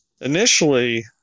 Initially